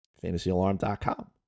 FantasyAlarm.com